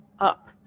up